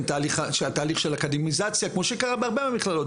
תהליך של אקדמניזציה כמו שקרה בהרבה מכללות,